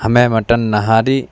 ہمیں مٹن نہاری